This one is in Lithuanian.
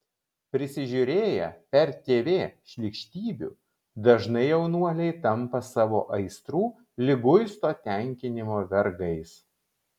prisižiūrėję per tv šlykštybių dažnai jaunuoliai tampa savo aistrų liguisto tenkinimo vergais